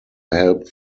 help